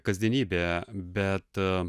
kasdienybė bet